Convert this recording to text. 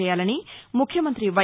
చేయాలని ముఖ్యమంత్రి వై